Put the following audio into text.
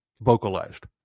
vocalized